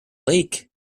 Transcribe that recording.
lake